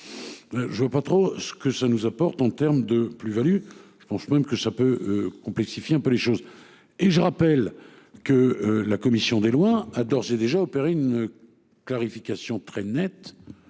Je ne vois pas trop ce que ça nous apporte en termes de plus-value. Je pense même que ça peut complexifier un peu les choses et je rappelle que la commission des lois a d'ores et déjà opéré une. Clarification très nette.